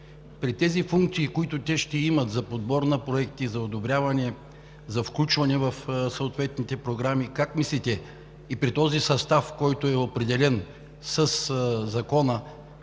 при тези функции, които ще имат за подбор на проекти, за одобряване, за включване в съответните програми и при този състав, който е определен със Закона,